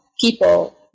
people